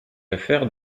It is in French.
affaire